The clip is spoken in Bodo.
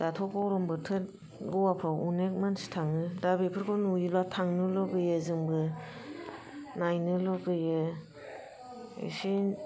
दाथ' ग'रम बोथोर गवा फ्राव अनेक मानसि थांङो दा बेफोरखौ नुयोब्ला थांनो लुबैयो जोंबो नायनो लुबैयो एसे